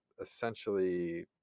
essentially